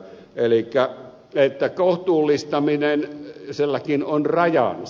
elikkä kohtuullistamisellakin on rajansa